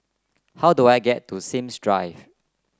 how do I get to Sims Drive